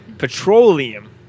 Petroleum